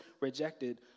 rejected